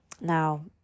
now